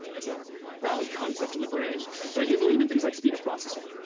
as a valid concept in the brain. but i do believe in things like speed of processing,